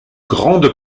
grande